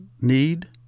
need